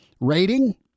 rating